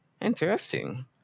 interesting